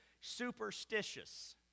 superstitious